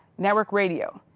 network radio,